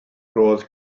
roedd